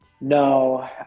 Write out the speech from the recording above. No